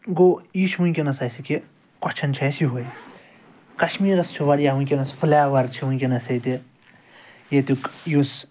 گوٚو یہِ چھُ وٕنۍکٮ۪نَس اَسہِ کہِ کۄچھَن چھِ اَسہِ یِہوٚے کشمیٖرَس چھُ واریاہ وٕنۍکٮ۪نَس فٕلے اوٚوَر چھِ وٕنۍکٮ۪نَس ییٚتہِ ییٚتیُک یُس